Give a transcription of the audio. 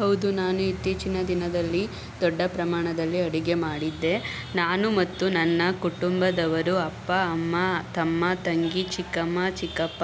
ಹೌದು ನಾನು ಇತ್ತೀಚಿನ ದಿನದಲ್ಲಿ ದೊಡ್ಡ ಪ್ರಮಾಣದಲ್ಲಿ ಅಡುಗೆ ಮಾಡಿದ್ದೆ ನಾನು ಮತ್ತು ನನ್ನ ಕುಟುಂಬದವರು ಅಪ್ಪ ಅಮ್ಮ ತಮ್ಮ ತಂಗಿ ಚಿಕ್ಕಮ್ಮ ಚಿಕ್ಕಪ್ಪ